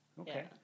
Okay